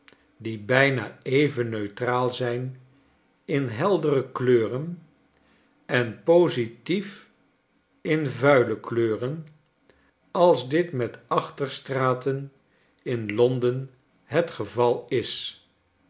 die bijna even neutraal zijn in heldere kleuren en positief in vuile kleuren als dit met achterstraten in l o n d e n het geval is